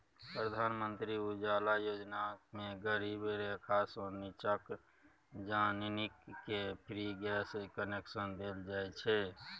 प्रधानमंत्री उज्जवला योजना मे गरीबी रेखासँ नीच्चाक जनानीकेँ फ्री गैस कनेक्शन देल जाइ छै